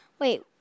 wait